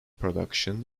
production